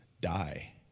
die